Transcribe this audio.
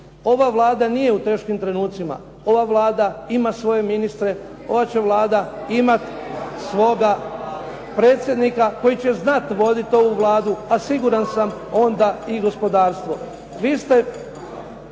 ova Vlada nije u teškim trenucima, ova Vlada ima svoje ministre, ova će Vlada imat svoga predsjednika koji će znati… … /Govornici govore